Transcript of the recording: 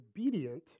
obedient